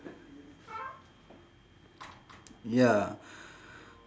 ya